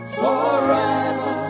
forever